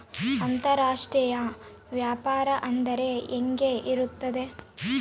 ಅಂತರಾಷ್ಟ್ರೇಯ ವ್ಯಾಪಾರ ಅಂದರೆ ಹೆಂಗೆ ಇರುತ್ತದೆ?